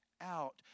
out